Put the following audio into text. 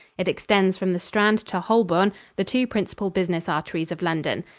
it extends from the strand to holborn, the two principal business arteries of london.